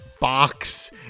box